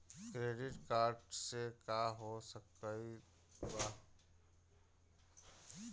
Credit card से का हो सकइत बा?